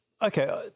Okay